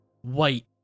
white